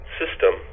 system